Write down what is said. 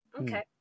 Okay